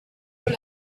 müll